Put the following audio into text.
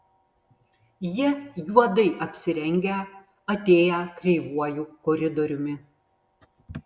jie juodai apsirengę atėję kreivuoju koridoriumi